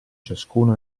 ciascuno